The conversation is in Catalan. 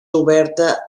oberta